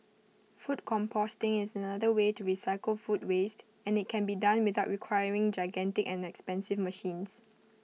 food composting is another way to recycle food waste and IT can be done without requiring gigantic and expensive machines